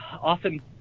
often